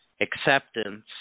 acceptance